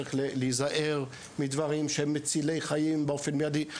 צריך להיזהר מדברים שהם מצילי חיים באופן מיידי,